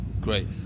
Great